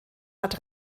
hat